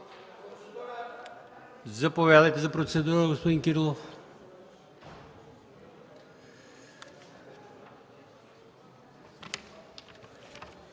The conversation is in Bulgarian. Заповядайте за процедура, господин Кирилов.